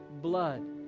blood